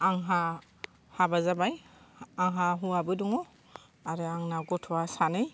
आंहा हाबा जाबाय आंहा हौवाबो दङ आरो आंना गथ'आ सानै